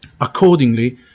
Accordingly